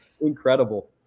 incredible